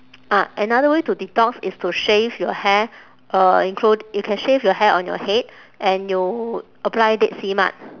ah another way to detox is to shave your hair uh include you can shave your hair on your head and you apply dead sea mud